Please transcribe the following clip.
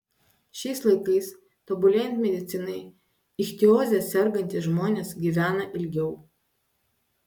šiais laikais tobulėjant medicinai ichtioze sergantys žmonės gyvena ilgiau